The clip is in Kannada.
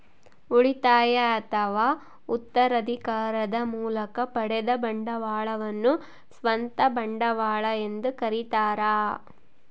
ಉಳಿತಾಯ ಅಥವಾ ಉತ್ತರಾಧಿಕಾರದ ಮೂಲಕ ಪಡೆದ ಬಂಡವಾಳವನ್ನು ಸ್ವಂತ ಬಂಡವಾಳ ಎಂದು ಕರೀತಾರ